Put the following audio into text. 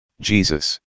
Jesus